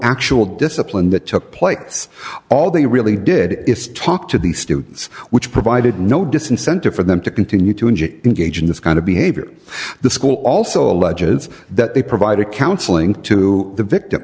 actual discipline that took place all they really did is talk to the students which provided no disincentive for them to continue to engage in this kind of behavior the school also alleges that they provide a counseling to the victim